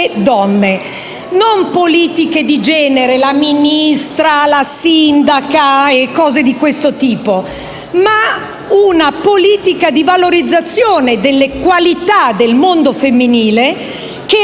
donne; non politiche di genere come «la Ministra», «la sindaca» e cose di questo tipo, ma una politica di valorizzazione delle qualità del mondo femminile che